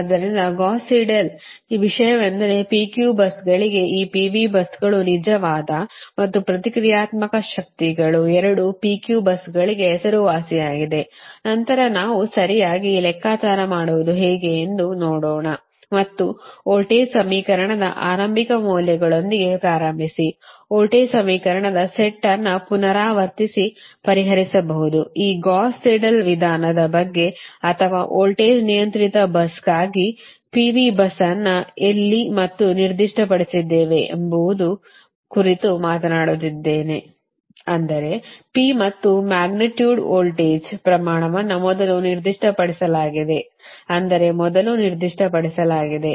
ಆದ್ದರಿಂದ Gauss Seidel ಈ ವಿಷಯವೆಂದರೆ P Q ಬಸ್ಗಳಿಗೆ ಈ P V busಗಳು ನಿಜವಾದ ಮತ್ತು ಪ್ರತಿಕ್ರಿಯಾತ್ಮಕ ಶಕ್ತಿಗಳು ಎರಡೂ P Q busಗಳಿಗೆ ಹೆಸರುವಾಸಿಯಾಗಿದೆ ನಂತರ ನಾವು ಸರಿಯಾಗಿ ಲೆಕ್ಕಾಚಾರ ಮಾಡುವುದು ಹೇಗೆ ಎಂದು ನೋಡೋಣ ಮತ್ತು ವೋಲ್ಟೇಜ್ ಸಮೀಕರಣದ ಆರಂಭಿಕ ಮೌಲ್ಯಗಳೊಂದಿಗೆ ಪ್ರಾರಂಭಿಸಿ ವೋಲ್ಟೇಜ್ ಸಮೀಕರಣದ ಸೆಟ್ ಅನ್ನು ಪುನರಾವರ್ತಿಸಿ ಪರಿಹರಿಸಬಹುದು ಈ ಗೌಸ್ ಸೀಡೆಲ್ ವಿಧಾನದ ಬಗ್ಗೆ ಅಥವಾ ವೋಲ್ಟೇಜ್ ನಿಯಂತ್ರಿತ busಗಾಗಿ P V bus ಅನ್ನು ಎಲ್ಲಿ ಮತ್ತು ನಿರ್ದಿಷ್ಟಪಡಿಸಿದ್ದೇವೆ ಎಂಬುದರ ಕುರಿತು ಮಾತನಾಡುತ್ತಿದ್ದೇವೆ ಅಂದರೆ P ಮತ್ತು ಮ್ಯಾಗ್ನಿಟ್ಯೂಡ್ ವೋಲ್ಟೇಜ್ ಪ್ರಮಾಣವನ್ನು ಮೊದಲು ನಿರ್ದಿಷ್ಟಪಡಿಸಲಾಗಿದೆ ಅಂದರೆ ಮೊದಲು ನಿರ್ದಿಷ್ಟಪಡಿಸಲಾಗಿದೆ